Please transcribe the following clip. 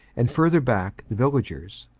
and further back the villagers,